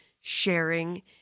sharing